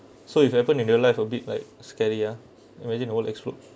so if happen in real life a bit like scary ah imagine all explode